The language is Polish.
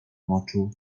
moczu